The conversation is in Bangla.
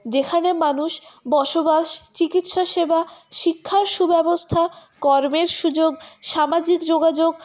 যেখানে মানুষ বসবাস চিকিৎসাসেবা শিক্ষার সুব্যবস্থা কর্মের সুযোগ সামাজিক যোগাযোগ